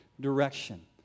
direction